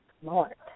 smart